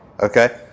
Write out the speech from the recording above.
okay